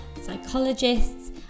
psychologists